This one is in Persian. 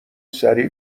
سریع